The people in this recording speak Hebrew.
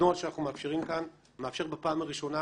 הנוהל שאנחנו מאפשרים כאן מאפשר בפעם הראשונה